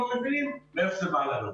לא מבינים איך זה בא לנו.